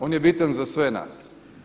On je bitan za sve nas.